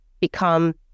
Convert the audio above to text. become